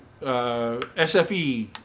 SFE